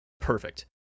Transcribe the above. perfect